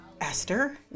Esther